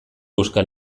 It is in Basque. euskal